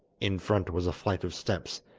in front was a flight of steps,